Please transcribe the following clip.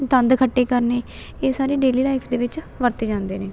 ਦੰਦ ਖੱਟੇ ਕਰਨੇ ਇਹ ਸਾਰੇ ਡੇਲੀ ਲਾਈਫ ਦੇ ਵਿੱਚ ਵਰਤੇ ਜਾਂਦੇ ਨੇ